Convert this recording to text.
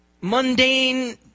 mundane